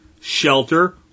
shelter